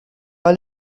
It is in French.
pas